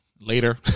Later